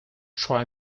try